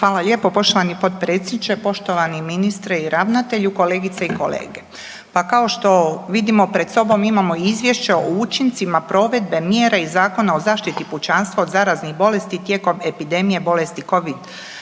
Hvala lijepo poštovani potpredsjedniče, poštovani ministre i ravnatelju, kolegice i kolege. Pa kao što vidimo pred sobom imamo izvješće o učincima provedbe mjera i Zakona o zaštiti pučanstva od zaraznih bolesti tijekom epidemije bolesti Covid-19